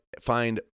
find